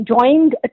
joined